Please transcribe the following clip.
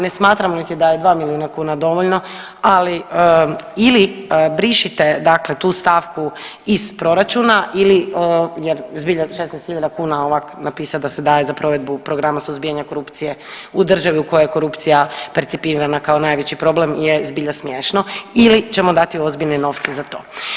Ne smatramo niti da je 2 milijuna kuna dovoljno, ali ili brišite dakle tu stavku iz proračuna ili jer zbilja 16 hiljada kuna ovak napisat da se daje za provedbu programa suzbijanja korupcije u državi u kojoj je korupcija percipirana kao najveći problem je zbilja smješno ili ćemo dati ozbiljne novce za to.